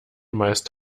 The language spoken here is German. meist